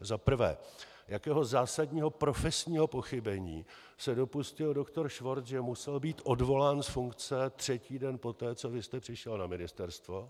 Za prvé, jakého zásadního profesního pochybení se dopustil JUDr. Švorc, že musel být odvolán z funkce třetí den poté, co vy jste přišel na ministerstvo?